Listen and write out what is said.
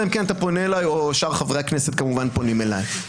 אלא אם כן אתה פונה אליי או שאר חברי הכנסת כמובן פונים אליי.